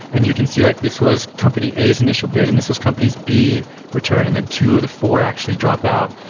and you can see like this was company a's initial business. and this was company's b return. and then two of the four actually dropped out.